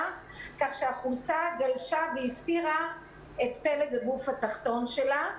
כך שהחולצה גלשה והסתירה את פלג הגוף התחתון שלה.